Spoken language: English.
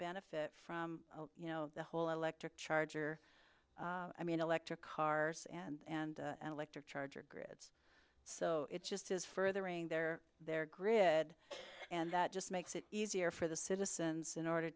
benefit from you know the whole electric charger i mean electric cars and electric charger grid so it just is furthering their their grid and that just makes it easier for the citizens in order